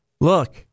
Look